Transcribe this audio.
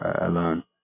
alone